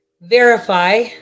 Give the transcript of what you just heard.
verify